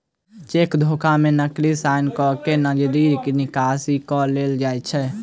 cheque धोखा मे नकली साइन क के नगदी निकासी क लेल जाइत छै